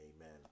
amen